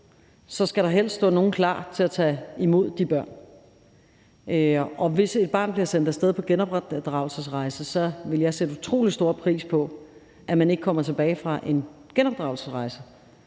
– skal der helst stå nogen klar til at tage imod de børn, og hvis et barn bliver sendt af sted på genopdragelsesrejse, vil jeg sætte utrolig stor pris på, at det ikke kommer tilbage fra en genopdragelsesrejse,